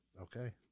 Okay